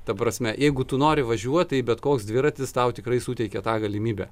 ta prasme jeigu tu nori važiuot tai bet koks dviratis tau tikrai suteikia tą galimybę